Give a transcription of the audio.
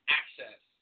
access